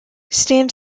stand